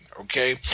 Okay